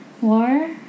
war